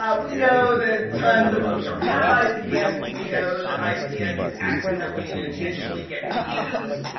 um we know that tons of books don't have isbn's. we know that isbn's accidentally and intentionally get reused.